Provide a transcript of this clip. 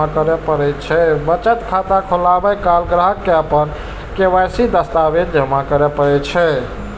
बचत खाता खोलाबै काल ग्राहक कें अपन के.वाई.सी दस्तावेज जमा करय पड़ै छै